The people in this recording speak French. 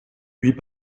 huit